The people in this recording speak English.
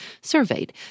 surveyed